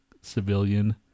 civilian